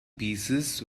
pieces